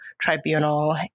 Tribunal